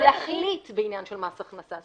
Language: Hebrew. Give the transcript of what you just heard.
או להחליט בעניין של מס הכנסה,